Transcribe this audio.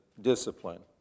discipline